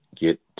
get